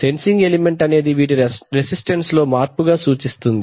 sensing element అనేది వీటిని resistance లో మార్పుగా సూచిస్తుంది